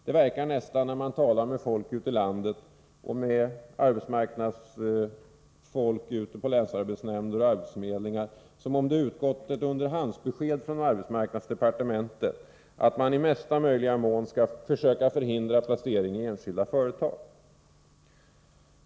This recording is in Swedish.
Det verkar nästan, när man talar med folk ute i landet och med arbetsmarknadsfolk på länsarbetsnämnder och arbetsförmedlingar, som om det utgått underhandsbesked från arbetsmarknadsdepartementet att man i mesta möjliga mån skall försöka förhindra placeringen i enskilda företag.